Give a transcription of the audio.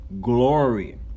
Glory